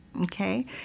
Okay